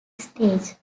stage